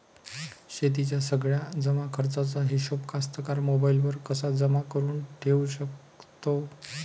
शेतीच्या सगळ्या जमाखर्चाचा हिशोब कास्तकार मोबाईलवर कसा जमा करुन ठेऊ शकते?